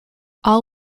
all